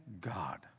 God